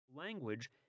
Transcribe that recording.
...language